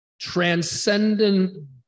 transcendent